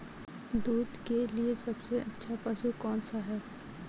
दूध के लिए सबसे अच्छा पशु कौनसा है?